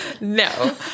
No